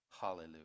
Hallelujah